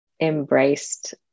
embraced